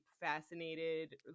fascinated